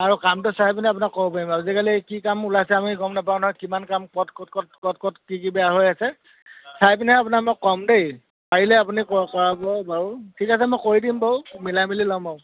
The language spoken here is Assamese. আৰু কামটো চাই পিনে আপোনাক ক'ব পাৰিম আজিকালি কি কাম ওলাইছে আমি গম নাপাও নহয় কিমান কাম ক'ত ক'ত ক'ত ক'ত ক'ত কি কি বেয়া হৈ আছে চাই পিনেহে আপোনাক মই ক'ম দেই পাৰিলে আপুনি ক কৰাব বাৰু ঠিক আছে মই কৰি দিম বাৰু মিলাই মেলি ল'ম আৰু